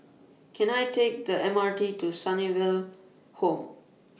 Can I Take The M R T to Sunnyville Home